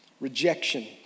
Rejection